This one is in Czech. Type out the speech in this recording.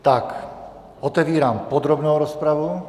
Tak otevírám podrobnou rozpravu.